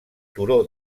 turó